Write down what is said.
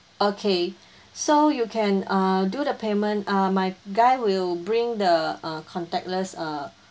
okay so you can err do the payment err my guy will bring the err contactless err